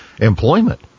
employment